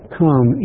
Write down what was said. come